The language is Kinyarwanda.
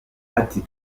ati